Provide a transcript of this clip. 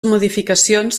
modificacions